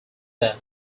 that